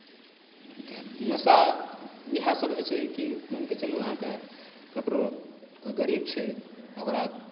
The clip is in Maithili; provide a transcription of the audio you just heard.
नशा इएहसभ होइ छै कि मानि कऽ चलू अहाँके ककरो कोइ गरीब छै ओकरा